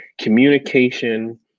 Communication